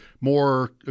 more